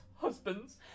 Husbands